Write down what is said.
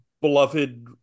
beloved